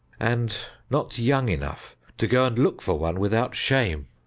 and not young enough to go and look for one without shame.